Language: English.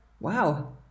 wow